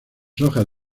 hojas